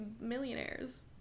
millionaires